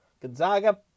Gonzaga